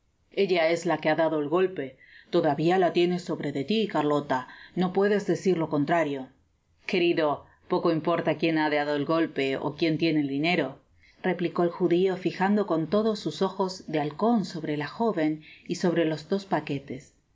ella es la que ha dado el golpe todavia la tienes sobre dé ti garlola no puedes decir lo contrario i content from google book search generated at rquerido poco importa quien ha da io el golpe ó quien tiene el dinero replicó el judio fijando con todo sus ojos de alcon sobre la joven y sobre los dos paquetesyo